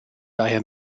daher